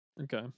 okay